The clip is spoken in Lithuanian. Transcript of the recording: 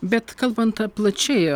bet kalbant plačiai